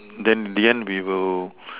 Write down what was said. then the end we will